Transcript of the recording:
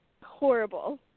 horrible